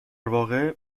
واقع